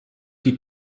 die